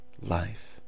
life